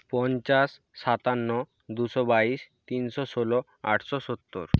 পঞ্চাশ সাতান্ন দুশো বাইশ তিনশো ষোলো আটশো সত্তর